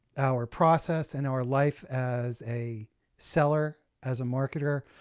our process, and our life as a seller, as a marketer,